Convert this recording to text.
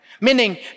Meaning